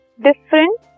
different